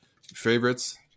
favorites